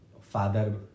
father